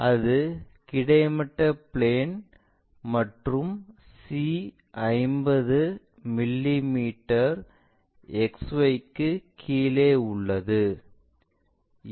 அது கிடைமட்ட பிளேன் மற்றும் C 50 மில்லி மீட்டர் XY க்கு கீழே உள்ளது